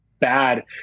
bad